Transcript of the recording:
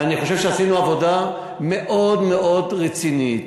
ואני חושב שעשינו עבודה מאודמאוד רצינית.